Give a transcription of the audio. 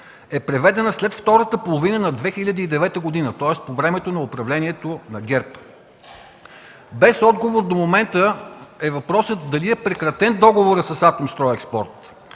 е преведена след втората половина на 2009 г., тоест по време на управлението на ГЕРБ. Без отговор до момента е въпросът дали е прекратен договорът с „Атомстройекспорт”